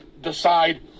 decide